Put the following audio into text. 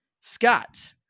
Scott